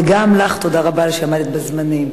וגם לך תודה רבה על שעמדת בזמנים.